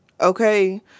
Okay